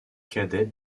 cadet